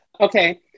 Okay